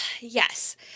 Yes